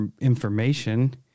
information